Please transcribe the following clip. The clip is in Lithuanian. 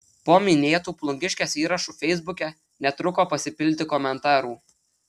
po minėtu plungiškės įrašu feisbuke netruko pasipilti komentarų